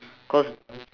cause